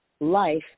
life